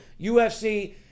UFC